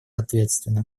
ответственно